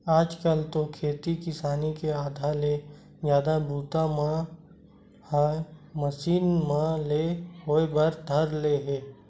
आज कल तो खेती किसानी के आधा ले जादा बूता मन ह मसीन मन ले होय बर धर ले हे